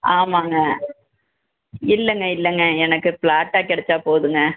ஆமாங்க இல்லைங்க இல்லைங்க எனக்கு ப்ளாட்டாக கிடச்சா போதுங்க